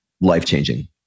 life-changing